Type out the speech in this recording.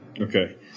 Okay